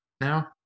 now